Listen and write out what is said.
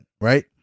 right